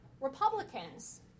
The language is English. Republicans